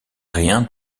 rien